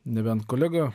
nebent kolega